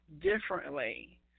differently